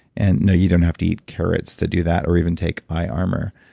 and no you don't have to eat carrots to do that, or even take eye armor.